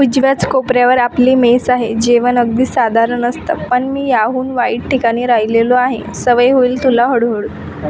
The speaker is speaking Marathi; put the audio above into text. उजव्याच कोपऱ्यावर आपली मेस आहे जेवण अगदी साधारण असतं पण मी याहून वाईट ठिकाणी राहिलेलो आहे सवय होईल तुला हळुहळू